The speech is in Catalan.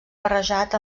barrejat